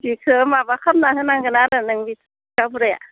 बिखो माबा खालामना होनांगोन आरो नों गावबुराया